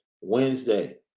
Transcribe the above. Wednesday